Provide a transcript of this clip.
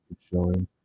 showing